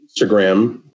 Instagram